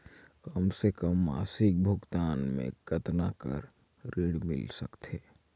कम से कम मासिक भुगतान मे कतना कर ऋण मिल सकथे?